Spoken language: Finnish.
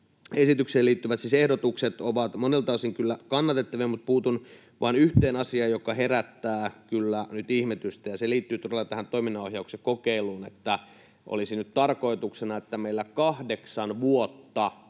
esitykseen liittyvät ehdotukset ovat monelta osin kyllä kannatettavia, mutta puutun vain yhteen asiaan, joka herättää kyllä nyt ihmetystä, ja se liittyy todella tähän toiminnanohjauksen kokeiluun, jossa olisi nyt tarkoituksena, että meillä kahdeksan vuotta